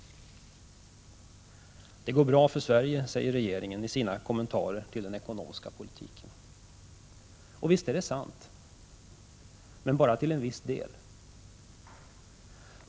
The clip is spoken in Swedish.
Det går bra för Sverige, säger regeringen i sina kommentarer till den ekonomiska politiken. Visst är det sant — men bara till en viss del.